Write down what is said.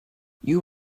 you